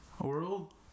world